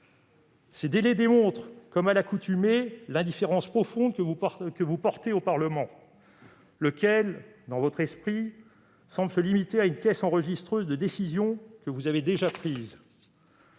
Ces délais démontrent, comme à l'accoutumée, l'indifférence profonde que vous portez au Parlement, lequel, dans votre esprit, semble se limiter à une caisse enregistreuse de décisions que vous avez déjà prises.